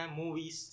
movies